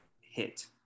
hit